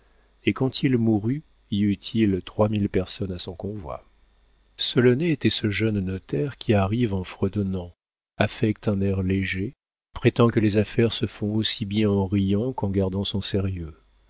et quand il mourut y eut-il trois mille personnes à son convoi solonet était ce jeune notaire qui arrive en fredonnant affecte un air léger prétend que les affaires se font aussi bien en riant qu'en gardant son sérieux